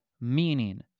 Meaning